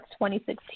2016